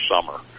summer